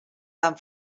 tan